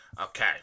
Okay